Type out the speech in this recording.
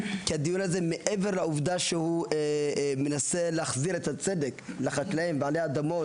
כי מעבר לעובדה שמציאת פתרון לבעיה הזו